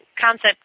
concept